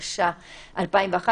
התשע"א-2011.